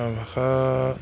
ভাষা